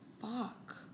fuck